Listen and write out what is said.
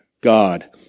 God